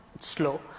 slow